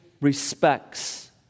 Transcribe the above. respects